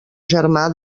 germà